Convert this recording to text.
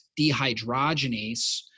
dehydrogenase